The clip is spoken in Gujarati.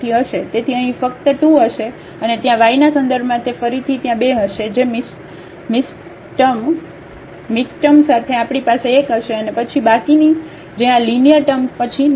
તેથી અહીં ફક્ત 2 હશે અને ત્યાં y ના સંદર્ભમાં તે ફરીથી ત્યાં બે હશે જે મિશ્ટર્મ સાથે આપણી પાસે 1 હશે અને પછી બાકીની જે આ લીનીઅર ટર્મ પછી લખેલી છે